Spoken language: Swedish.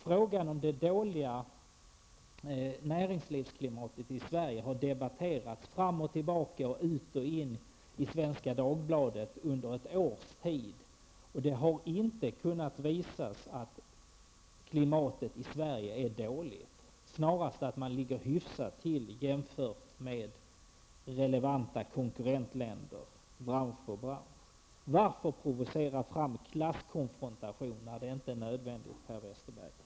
Frågan om det dåliga näringslivsklimatet i Sverige har debatterats fram och tillbaka, utan och innan, i Svenska Dagbladet under ett års tid, och det har inte kunnat visas att klimatet i Sverige är dåligt, snarast att man bransch för bransch ligger hyfsat till jämfört med relevanta konkurrentländer. Varför provocera fram klasskonfrontation när det inte är nödvändigt, Per